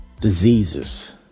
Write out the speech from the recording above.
Diseases